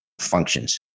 functions